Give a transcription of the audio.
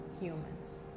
humans